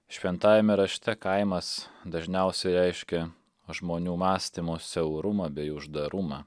šventajame rašte kaimas dažniausiai reiškia žmonių mąstymo siaurumą bei uždarumą